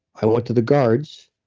i went to the guards,